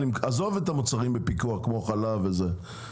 עזוב את המוצרים בפיקוח כמו חלב ולחם.